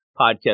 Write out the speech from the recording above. podcast